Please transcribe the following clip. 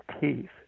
teeth